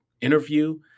interview